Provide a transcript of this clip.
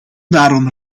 daarom